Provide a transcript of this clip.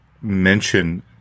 mention